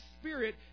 spirit